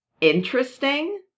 interesting